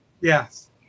yes